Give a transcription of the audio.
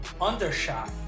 undershot